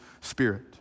Spirit